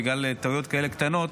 ובגלל טעויות כאלה קטנות,